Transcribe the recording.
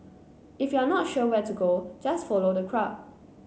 if you're not sure where to go just follow the crowd